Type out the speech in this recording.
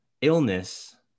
illness